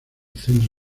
centro